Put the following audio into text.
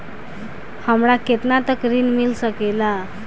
हमरा केतना तक ऋण मिल सके ला?